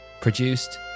produced